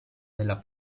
della